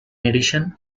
addition